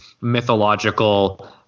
mythological